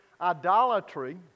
idolatry